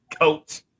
Coach